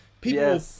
People